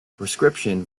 prescription